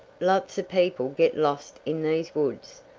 lots of people get lost in these woods,